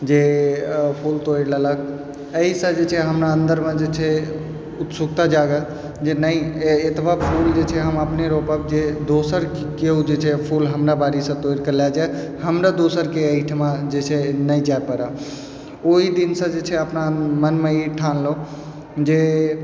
जे फूल तोड़ि लेलक एहिसँ जे छै हमरा अन्दरमे जे छै उत्सुकता जागल जे नहि एतबा फूल जे छै हम अपने रोपब जे दोसर केओ जे छै से फूल हमरा बाड़ीसँ तोड़िके लऽ जाइ हमरा दोसरके एहिठमा जे छै नहि जाइ पड़ै ओही दिनसँ जे छै अपना मनमे ई ठानलहुँ जे